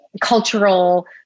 cultural